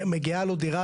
מגיעה לו דירה,